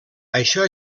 això